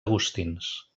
agustins